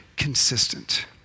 Consistent